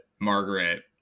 Margaret